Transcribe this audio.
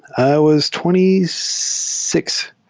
i was twenty six.